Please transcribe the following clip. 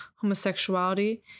homosexuality